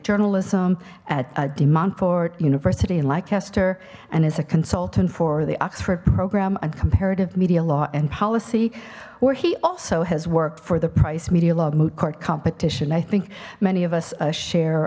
journalism at a de montfort university in lancaster and is a consultant for the oxford program on comparative media law and policy where he also has worked for the price media law moot court competition i think many of us share